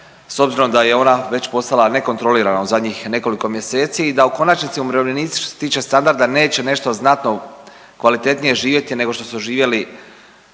s obzirom da je ona već postala nekontrolirana u zadnjih nekoliko mjeseci i da u konačnici umirovljenici što se tiče standarda neće nešto znatno kvalitetnije živjeti nego što su živjeli